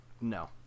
No